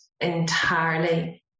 entirely